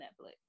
Netflix